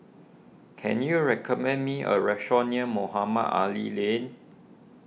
can you recommend me a restaurant near Mohamed Ali Lane